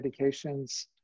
medications